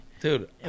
Dude